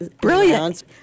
Brilliant